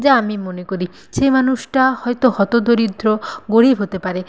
যা আমি মনে করি সে মানুষটা হয়তো হতদরিদ্র গরীব হতে পারে